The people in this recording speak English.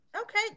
okay